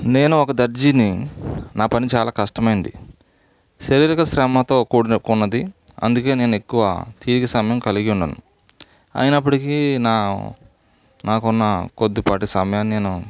నేను ఒక దర్జీని నా పని చాలా కష్టమైంది శారీరక శ్రమతో కూడిన కున్నది అందుకే నేను ఎక్కువ తీరిక సమయం కలిగి ఉండను అయినప్పటికీ నా నాకున్న కొద్దిపాటి సమయాన్ని నేను